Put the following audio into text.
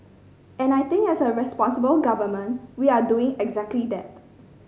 and I think as a responsible government we're doing exactly that